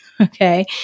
Okay